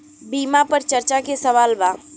बीमा पर चर्चा के सवाल बा?